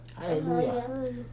Hallelujah